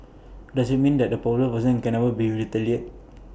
does IT mean that A popular person can would be retaliate